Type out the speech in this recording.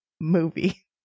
movie